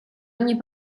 ogni